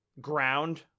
ground